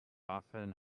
often